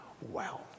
Wow